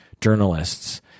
journalists